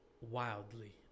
wildly